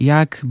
Jak